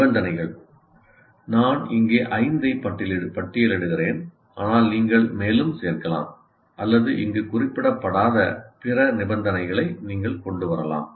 நிபந்தனைகள் நான் இங்கே 5 ஐ பட்டியலிடுகிறேன் ஆனால் நீங்கள் மேலும் சேர்க்கலாம் அல்லது இங்கு குறிப்பிடப்படாத பிற நிபந்தனைகளை நீங்கள் கொண்டு வரலாம்